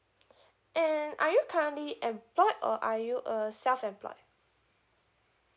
and are you currently employed or are you a self employed